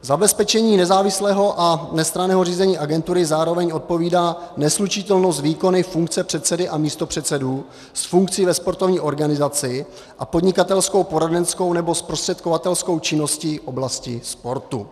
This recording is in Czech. Zabezpečení nezávislého a nestranného řízení agentury zároveň odpovídá neslučitelnost s výkony funkce předsedy a místopředsedů s funkcí ve sportovní organizaci a podnikatelskou, poradenskou nebo zprostředkovatelskou činností v oblasti sportu.